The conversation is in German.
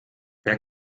wer